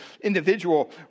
individual